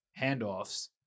handoffs